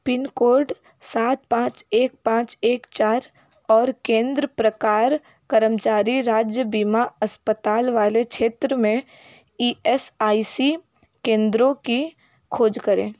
pin code सात पाँच एक पाँच एक चार और केंद्र प्रकार कर्मचारी राज्य बीमा अस्पताल वाले क्षेत्र में ई एस आई सी केंद्रो की खोज करें